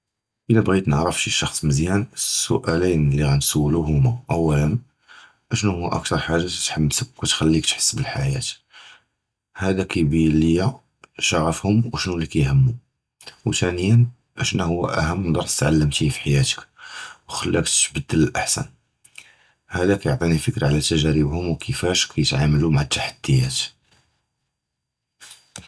אִלָּא בִּגִית נְעַרְפּוּ שִי שַחְס מְזִיּאַנ, הַסּוּאַלִין לִי גַּנְסוּלוּהּוּם אוּלָא, אִשְנוּ הוּוּ אַקְּתַר חַאגָּה תְּחַמֵּסְכּ וְתַּחְלִיק תַּחְס בַּחַיַּاة, הַדָּא כִּיַּבִּין לִיָא שַּׁغַףְהוּם וְאִשְנוּ לִי כִּיַּהַםְהוּם, וְתִנִיָּאן אִשְנוּ הוּוּ אַהְמַ דַּרְס תְּעַלַּמְתִּי בְּחַיַּאתְכּ, חְלַאק תִּתְבַּדֵּל לְאַלְאַחְסַן, הַדָּא כִּיַּעְטִינָא פִיקְרָה עַל תַּגַּארִבְהוּם וְכִיפַּאש כִּיַּתְעַמְּלוּ מַעַ הַתַּחְדִּיַאת.